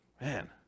man